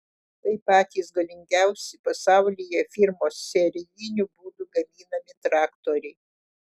tai patys galingiausi pasaulyje firmos serijiniu būdu gaminami traktoriai